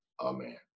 amen